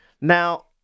Now